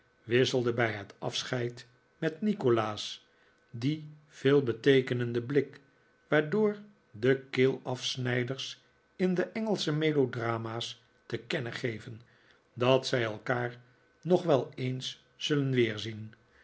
wisselde bij het afscheid met nikolaas dien veelbeteekenenden blik waardoor de keelafsnijders in de engelsche melodrama's te kennen geven dat zij elkaar nog wel eens zullen weerzien